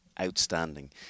outstanding